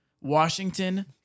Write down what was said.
Washington